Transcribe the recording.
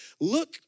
look